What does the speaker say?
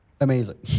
amazing